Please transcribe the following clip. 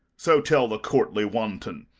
so tell the courtly wanton,